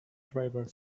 driver